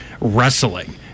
wrestling